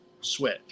switch